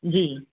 जी